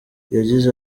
yagize